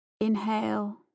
Inhale